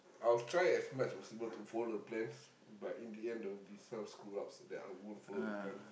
I'll try as much as possible to follow plans but in the end there will be some screw-ups then I won't follow the plan